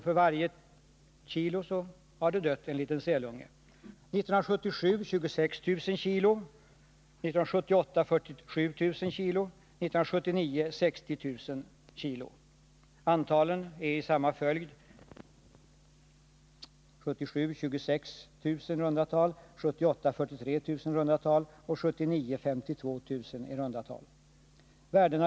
För varje importerat kilogram har det alltså dött en liten sälunge.